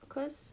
cause